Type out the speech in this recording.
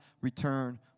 return